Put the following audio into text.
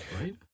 right